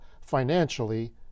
financially